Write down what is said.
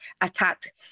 attack